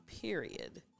period